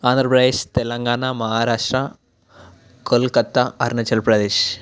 Andhra Pradesh Telangana Maharashtra Kolkata Arunachal Pradesh